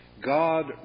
God